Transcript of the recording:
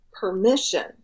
permission